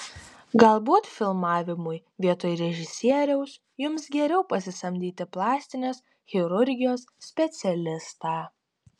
galbūt filmavimui vietoj režisieriaus jums geriau pasisamdyti plastinės chirurgijos specialistą